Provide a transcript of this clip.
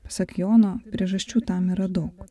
pasak jono priežasčių tam yra daug